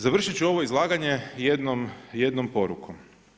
Završiti ću ovo izlaganje jednom porukom.